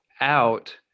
out